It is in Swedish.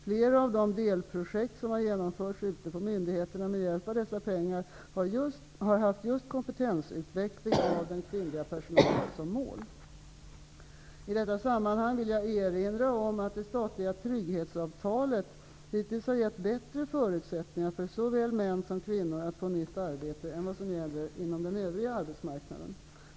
Flera av de delprojekt som har genomförts ute på myndigheterna med hjälp av dessa pengar har haft just kompetensutveckling av den kvinnliga personalen som mål. I detta sammanhang vill jag erinra om att det statliga trygghetsavtalet hittills har givit bättre förutsättningar för såväl män som kvinnor att få nytt arbete än som gäller inom den övriga arbetsmarknaden.